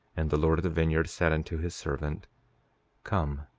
and the lord of the vineyard said unto his servant come,